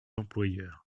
employeurs